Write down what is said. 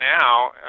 now